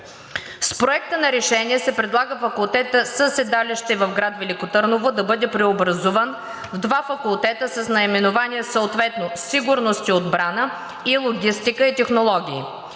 С Проекта на решение се предлага факултетът със седалище в град Велико Търново да бъде преобразуван в два факултета с наименования, съответно „Сигурност и отбрана“ и „Логистика и технологии“.